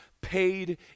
paid